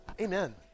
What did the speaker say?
Amen